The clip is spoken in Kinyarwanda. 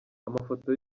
amafoto